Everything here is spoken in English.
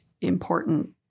important